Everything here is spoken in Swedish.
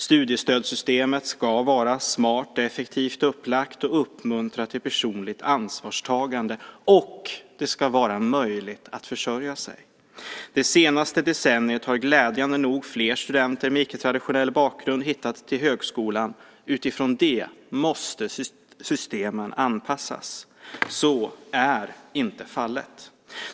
Studiestödssystemet ska vara smart och effektivt upplagt och uppmuntra till personligt ansvarstagande, och det ska vara möjligt att försörja sig. Det senaste decenniet har glädjande nog fler studenter med icke traditionell bakgrund hittat till högskolan. Utifrån det måste systemen anpassas. Så är inte fallet.